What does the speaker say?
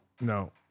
No